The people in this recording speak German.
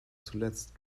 zuletzt